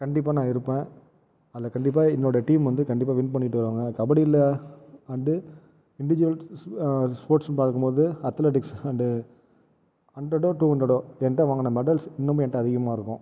கண்டிப்பாக நான் இருப்ப அதில் கண்டிப்பாக என்னோட டீம் வந்து கண்டிப்பாக வின் பண்ணிட்டு வருவாங்கள் கபடியில் அண்டு இன்டுஜுவல் ஸ்போர்ட்ஸ்னு பார்க்கும் போது அத்தலட்டிக்ஸ் அண்டு ஹண்ட்ரடோ டூ ஹண்ட்ரடோ என்கிட்ட வாங்கின மெடல்ஸ் இன்னமும் என்கிட்ட அதிகமாக இருக்கும்